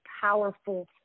powerful